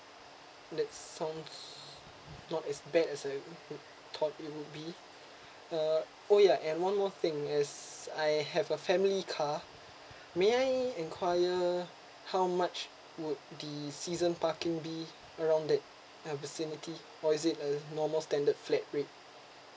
that sounds not as bad as I uh thought it would be uh oh yeah and one more thing as I have a family car may I enquire how much would the season parking be around that uh vicinity or is it the normal standard flat rate